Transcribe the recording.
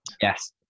Yes